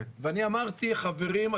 אני אמרתי: חברים,